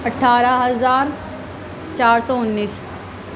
اٹھارہ ہزار چار سو انیس